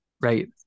right